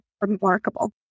remarkable